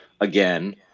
again